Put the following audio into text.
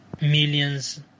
Millions